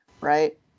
right